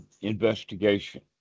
investigation